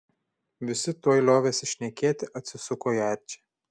visi tuoj liovėsi šnekėti atsisuko į arčį